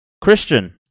Christian